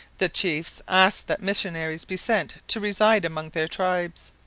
the chiefs asked that missionaries be sent to reside among their tribes.